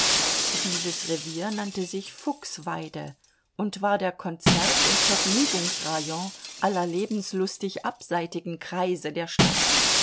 dieses revier nannte sich fuchsweide und war der konzert und vergnügungsrayon aller lebenslustig abseitigen kreise der stadt